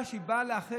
הילד?